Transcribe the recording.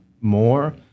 more